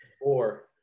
Four